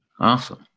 Awesome